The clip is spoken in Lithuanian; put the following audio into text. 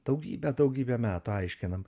daugybę daugybę metų aiškinam